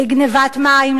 לגנבת מים,